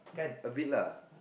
a bit lah